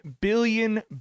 billion